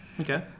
Okay